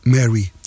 Mary